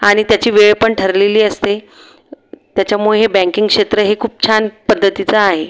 आणि त्याची वेळपण ठरलेली असते त्याच्यामुळे हे बँकिंग क्षेत्र हे खूप छान पद्धतीचं आहे